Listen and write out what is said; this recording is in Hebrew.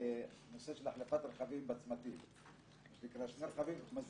בקשר לסעיף 7, שני דברים: